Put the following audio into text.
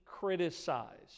criticized